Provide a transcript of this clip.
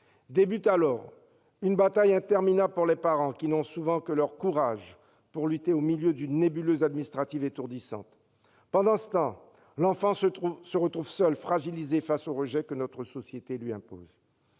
Commence alors une bataille interminable pour les parents, qui n'ont souvent que leur courage pour lutter contre une nébuleuse administrative étourdissante. Pendant ce temps, l'enfant se retrouve seul, fragilisé, face au rejet que notre société lui impose.